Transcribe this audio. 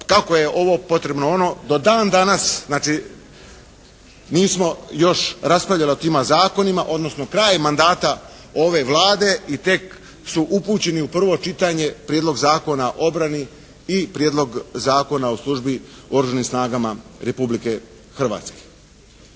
kako je ovo potrebno, ono. Do dan danas znači nismo još raspravljali o tim zakonima, odnosno kraj mandata ove Vlade i tek su upućeni u prvo čitanje Prijedlog zakona o obrani i Prijedlog zakona o službi u oružanim snagama Republike Hrvatske.